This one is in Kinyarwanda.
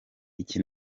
iki